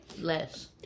less